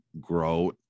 grow